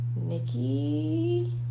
Nikki